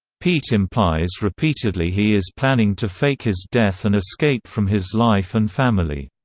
pete implies repeatedly he is planning to fake his death and escape from his life and family.